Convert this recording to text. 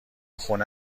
خونه